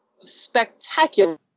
spectacular